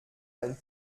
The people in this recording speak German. ein